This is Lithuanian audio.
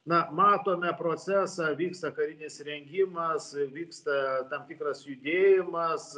na matome procesą vyksta karinis rengimas vyksta tam tikras judėjimas